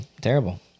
Terrible